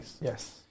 Yes